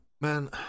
Man